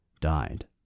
died